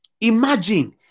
imagine